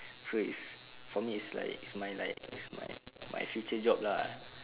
so it's for me it's like it's my like it's my my my future job lah